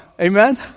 Amen